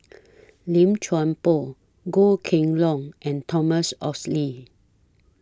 Lim Chuan Poh Goh Kheng Long and Thomas Oxley